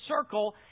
circle